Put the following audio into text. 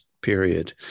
period